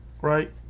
right